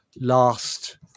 Last